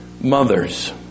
mothers